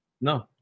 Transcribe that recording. No